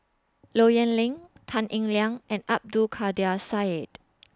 Low Yen Ling Tan Eng Liang and Abdul Kadir Syed